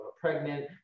pregnant